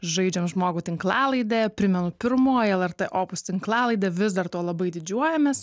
žaidžiam žmogų tinklalaidė primenu pirmoji lrt opus tinklalaidė vis dar tuo labai didžiuojamės